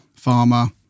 pharma